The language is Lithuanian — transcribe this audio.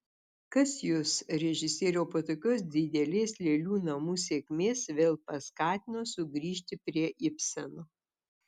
kas jus režisieriau po tokios didelės lėlių namų sėkmės vėl paskatino sugrįžti prie ibseno